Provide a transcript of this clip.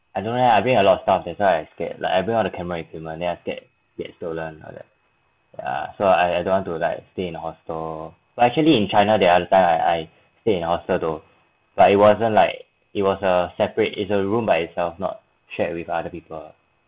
I don't know I bring a lot of stuff that's why I scared like I bring all the camera equipment then after that get stolen or that ah so I I don't want to like stay in a hostel but actually in china the other time I I stay in hostel though but it wasn't like it was a separate is a room by itself not shared with other people